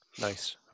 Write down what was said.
Nice